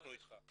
אנחנו איתך.